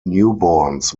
newborns